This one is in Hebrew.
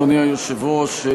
אדוני היושב-ראש,